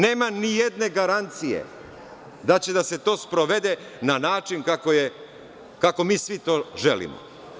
Nema ni jedne garancije da će da se to sprovede na način kako mi svi to želimo.